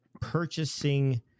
purchasing